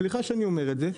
סליחה שאני אומר את זה,